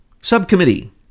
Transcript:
subcommittee